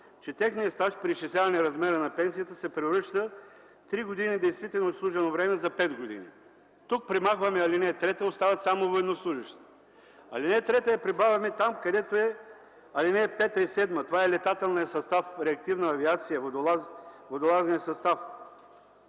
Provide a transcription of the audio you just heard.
че „техният стаж при изчисляване размера на пенсията се превръща 3 години действително отслужено време за 5 години”. Тук премахваме ал. 3, остават само „военнослужещите”. Алинея 3 я прибавяме там, където са алинеи 5 и 7 – това е летателният състав, реактивната авиация, водолазният състав.